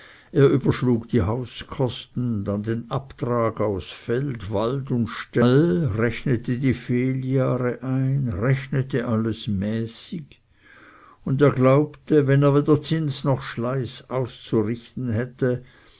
er überschlug die hauskosten dann den abtrag aus feld wald und stall rechnete die fehljahre ein rechnete alles mäßig und er glaubte wenn er weder zins noch schleiß auszurichten hätte